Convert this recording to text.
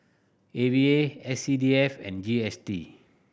A V A S C D F and G S T